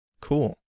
Cool